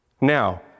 Now